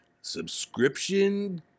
subscription